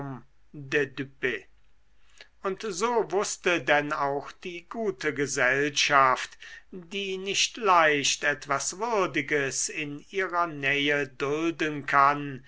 so wußte denn auch die gute gesellschaft die nicht leicht etwas würdiges in ihrer nähe dulden kann